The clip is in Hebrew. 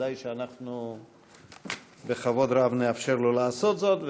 ודאי שאנחנו בכבוד רב נאפשר לו לעשות זאת,